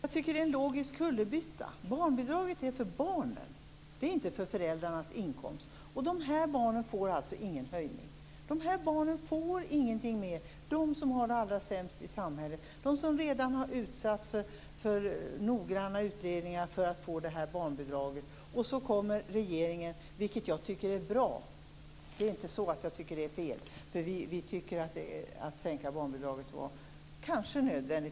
Fru talman! Jag ser här en logisk kullerbytta. Barnbidraget är avsett för barnen. Det handlar inte om föräldrarnas inkomst. Men nämnda barn får ingen höjning. De barn som har det allra sämst i samhället får alltså inte mer på det här sättet. De har ju redan utsatts för noggranna utredningar för att få barnbidraget. Nu kommer regeringen med ett förslag här som jag tycker är bra. Jag tycker alltså inte att det är fel. Sänkningen av barnbidraget var kanske nödvändig.